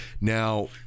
Now